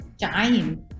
time